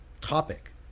topic